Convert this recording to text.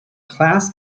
class